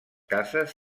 cases